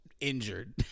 Injured